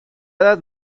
edad